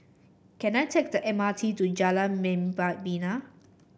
can I take the M R T to Jalan Membina